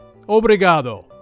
obrigado